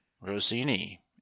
rossini